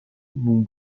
num